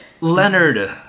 Leonard